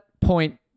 point